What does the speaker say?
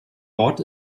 bord